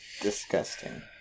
Disgusting